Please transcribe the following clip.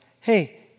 Hey